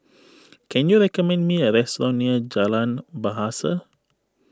can you recommend me a restaurant near Jalan Bahasa